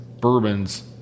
bourbons